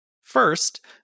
First